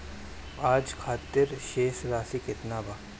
आज खातिर शेष राशि केतना बा?